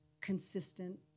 consistent